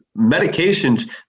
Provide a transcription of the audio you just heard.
medications